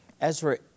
Ezra